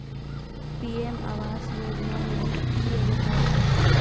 PM आवास योजना लेली की योग्यता छै?